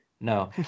no